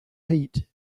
heat